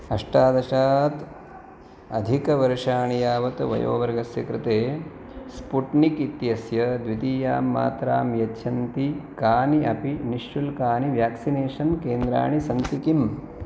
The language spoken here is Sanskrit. अष्टादशात् अधिकवर्षाणि यावत् वयोवर्गस्य कृते स्पुट्निक् इत्यस्य द्वितीयां मात्रां यच्छन्ति कानि अपि निश्शुल्कानि व्याक्सिनेशन् केन्द्राणि सन्ति किम्